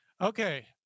okay